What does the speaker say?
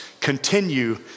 continue